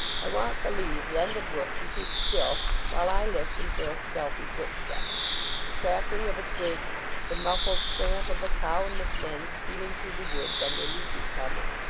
i want the leaves and the brook to keep still while i listen for a stealthy footstep the crackling of a twig the muffled tramp of a column of men stealing through the woods under leafy cover.